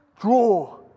Draw